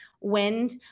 wind